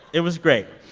it was great.